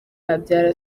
habyara